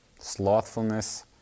slothfulness